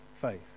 faith